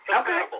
Okay